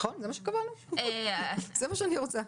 זה מה שקבענו, זה מה שאני רוצה.